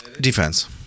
Defense